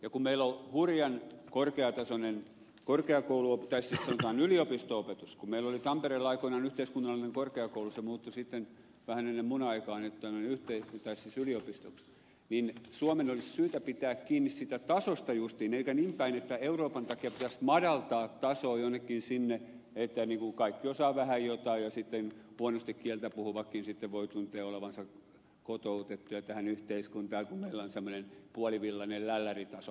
kun meillä on hurjan korkeatasoinen yliopisto opetus meillä oli tampereella aikoinaan yhteiskunnallinen korkeakoulu se muuttui sitten vähän ennen minun aikaani yliopistoksi niin suomen olisi syytä pitää kiinni siitä tasosta justiin eikä niinpäin että euroopan takia pitäisi madaltaa tasoa jonnekin sinne että kaikki osaavat vähän jotain ja sitten huonosti kieltä puhuvatkin sitten voivat tuntea olevansa kotoutettuja tähän yhteiskuntaan kun meillä on semmoinen puolivillainen lälläritaso